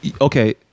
Okay